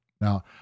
now